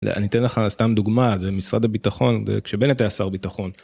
אני אתן לך סתם דוגמה, זה משרד הביטחון, כשבנט היה שר ביטחון.